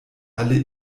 alle